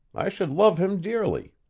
i should love him dearly